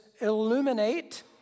illuminate